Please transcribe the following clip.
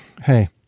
hey